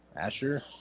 Asher